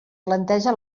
planteja